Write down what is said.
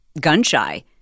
gun-shy